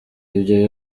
ibyo